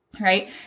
right